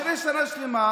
אחרי שנה שלמה,